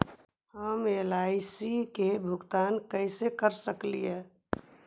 हम एल.आई.सी के भुगतान कैसे कर सकली हे?